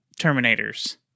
Terminators